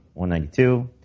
192